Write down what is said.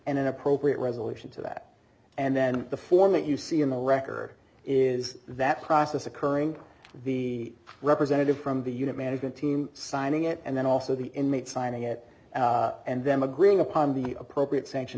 and an appropriate resolution to that and then the form that you see in the record is that process occurring the representative from the unit management team signing it and then also the inmate signing it and them agreeing upon the appropriate sanction